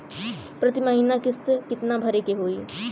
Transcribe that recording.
प्रति महीना किस्त कितना भरे के होई?